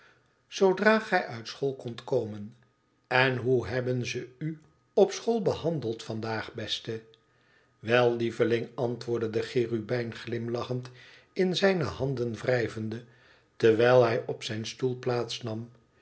zoodra gij uit school kondt komen n hoe hebben ze u op school behandeld vandaag beste wel lieveling antwoordde de cherubijn glimlachend in zijne handen wrijvende terwijl hij op zijn stoel plaats nam